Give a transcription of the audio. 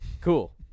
Cool